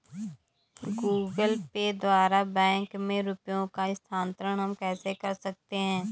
Google Pay द्वारा bank में रुपयों का स्थानांतरण हम कैसे कर सकते हैं?